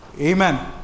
Amen